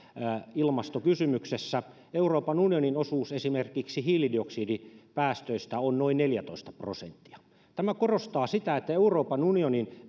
ilmastokysymyksessä euroopan unionin osuus esimerkiksi hiilidioksidipäästöistä on noin neljätoista prosenttia tämä korostaa sitä että euroopan unionin